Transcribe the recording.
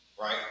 right